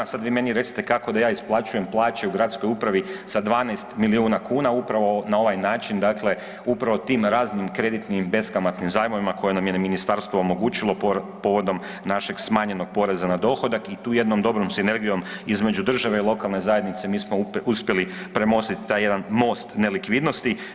Sad vi meni recite kako da ja isplaćujem plaću u gradskoj upravi sa 12 milijuna kuna, upravo na ovaj način, dakle upravo tim raznim kreditnim beskamatnim zajmovima koje nam je ministarstvo omogućilo povodom našeg smanjenog poreza na dohodak i tu jednom dobrom sinergijom između države i lokalne zajednice, mi smo uspjeli premostiti taj jedan most nelikvidnosti.